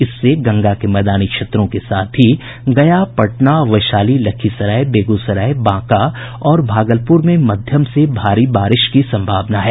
इससे गंगा के मैदानी क्षेत्रों के साथ ही गया पटना वैशाली लखीसराय बेगूसराय बांका और भागलपूर में मध्यम से भारी बारिश की सम्भावना है